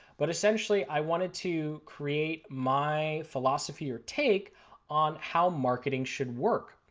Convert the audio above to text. but essentially i wanted to create my philosophy or take on how marketing should work.